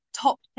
top